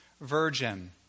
virgin